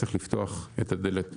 צריך לפתוח את הדלת הראשית.